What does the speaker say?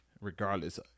regardless